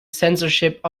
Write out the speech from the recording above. censorship